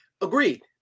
Agreed